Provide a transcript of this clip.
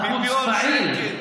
מיליון שקל.